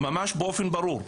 ממה באופן ברור,